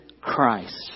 Christ